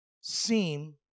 seem